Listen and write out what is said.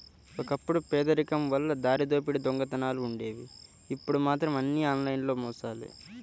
ఒకప్పుడు పేదరికం వల్ల దారిదోపిడీ దొంగతనాలుండేవి ఇప్పుడు మాత్రం అన్నీ ఆన్లైన్ మోసాలే